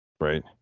right